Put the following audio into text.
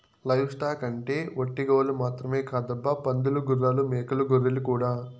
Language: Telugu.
లైవ్ స్టాక్ అంటే ఒట్టి గోవులు మాత్రమే కాదబ్బా పందులు గుర్రాలు మేకలు గొర్రెలు కూడా